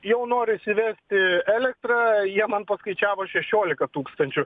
jau noriu įsivesti elektrą jie man paskaičiavo šešiolika tūkstančių